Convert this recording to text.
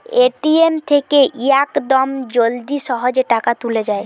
ATM থেকে ইয়াকদম জলদি সহজে টাকা তুলে যায়